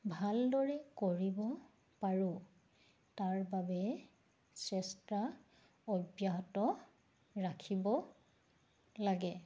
ভালদৰে কৰিব পাৰোঁ তাৰ বাবে চেষ্টা অব্যাহত ৰাখিব লাগে